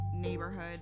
neighborhood